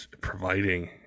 providing